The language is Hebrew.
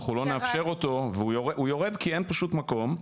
אנחנו לא נאפשר אותו הוא יורד כי אין פשוט מקום.